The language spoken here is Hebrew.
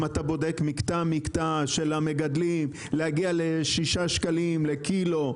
אם אתה בודק מקטע אחר מקטע של המגדלים להגיע לשישה שקלים לקילו,